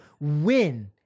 win